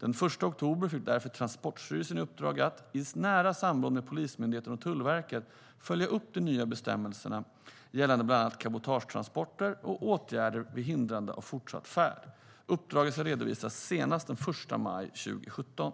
Den 1 oktober fick därför Transportstyrelsen i uppdrag att, i nära samråd med Polismyndigheten och Tullverket, följa upp de nya bestämmelserna gällande bland annat cabotagetransporter och åtgärder vid hindrande av fortsatt färd. Uppdraget ska redovisas senast den 1 maj 2017.